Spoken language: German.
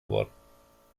worden